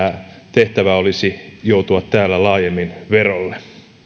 tehtävä olisi joutua täällä laajemmin verolle